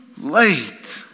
late